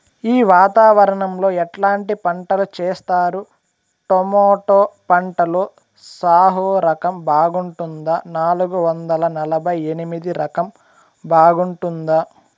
ఈ వాతావరణం లో ఎట్లాంటి పంటలు చేస్తారు? టొమాటో పంటలో సాహో రకం బాగుంటుందా నాలుగు వందల నలభై ఎనిమిది రకం బాగుంటుందా?